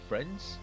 Friends